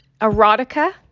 erotica